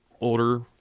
older